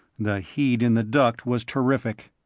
the heat in the duct was terrific.